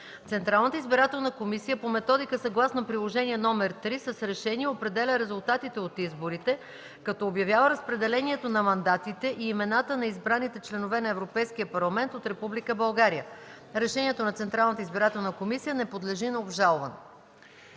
Централната избирателна комисия по методика, съгласно Приложение № 3, с решение определя резултатите от изборите, като обявява разпределението на мандатите и имената на избраните членове на Европейския парламент от Република България. Решението на Централната избирателна комисия не подлежи на обжалване”.